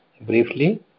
Briefly